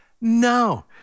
No